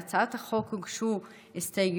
להצעת החוק הוגשו הסתייגויות.